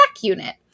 unit